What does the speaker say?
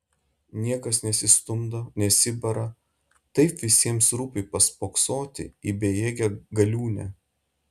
niekas nesistumdo nesibara taip visiems rūpi paspoksoti į bejėgę galiūnę